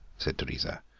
said teresa,